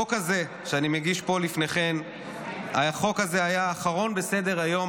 החוק הזה שאני מגיש פה לפניכם היה האחרון בסדר-היום,